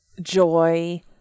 joy